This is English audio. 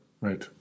Right